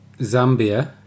Zambia